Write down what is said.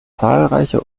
zahlreiche